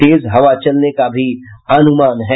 तेज हवा चलने का भी अनुमान है